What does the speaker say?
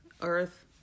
earth